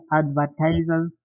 advertisers